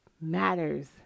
matters